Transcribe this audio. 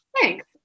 Thanks